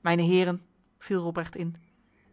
mijne heren viel robrecht in